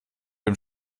dem